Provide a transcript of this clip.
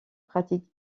pratique